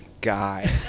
guy